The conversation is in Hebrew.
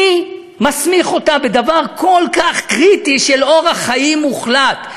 מי מסמיך אותה בדבר כל כך קריטי של אורח חיים מוחלט?